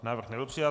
Návrh nebyl přijat.